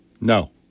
no